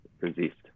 resist